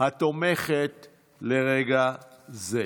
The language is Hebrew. התומכת לרגע זה.